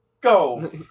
Go